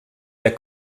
der